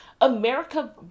America